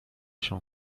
się